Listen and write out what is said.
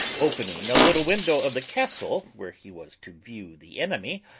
opening a little window of the castle, where he was to view the enemy,